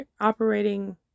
operating